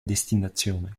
destinazione